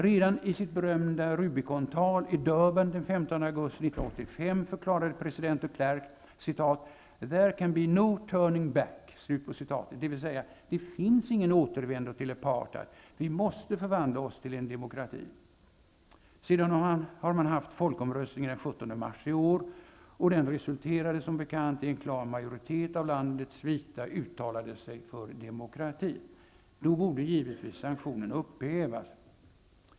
Redan i sitt berömda s.k. Rubicon-tal i Durban den ''There can be no turning back'', dvs. det finns ingen återvändo till apartheid, vi måste förhandla oss fram till en demokrati. Sedan hade man folkomröstning den 17 mars i år. Den resulterade som bekant i att en klar majoritet av landets vita uttalade sig för demokrati. Då borde givetvis sanktionerna upphävas.